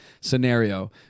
scenario